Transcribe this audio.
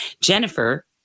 Jennifer